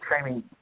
training